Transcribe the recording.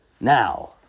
Now